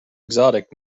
exotic